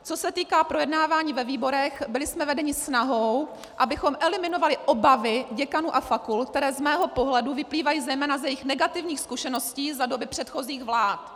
Co se týká projednávání ve výborech, byli jsme vedeni snahou, abychom eliminovali obavy děkanů a fakult, které z mého pohledu vyplývají zejména z jejich negativních zkušeností za doby předchozích vlád.